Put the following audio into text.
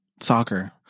soccer